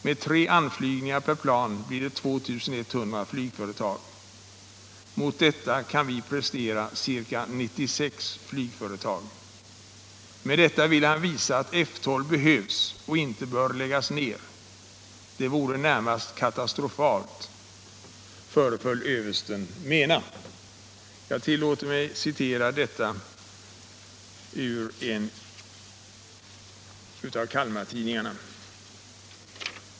Med tre anflygningar per plan blir det 2 100 flygföretag. Mot detta kan vi prestera ca 96 flygföretag. Med detta ville han visa att F 12 behövs och inte bör läggas ner. Det vore närmast katastrofalt föreföll översten mena. Jag tillåter mig att citera detta ur en av Kalmartidningarna.